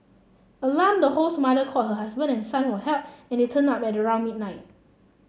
alarmed the host's mother called her husband and son for help and they turned up at around midnight